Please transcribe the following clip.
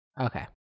Okay